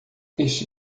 este